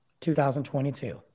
2022